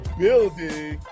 building